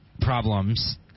problems